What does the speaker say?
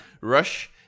Rush